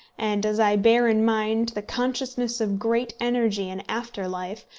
and as i bear in mind the consciousness of great energy in after-life,